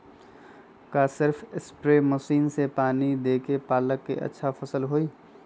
का सिर्फ spray machine से पानी देके पालक के अच्छा फसल होई?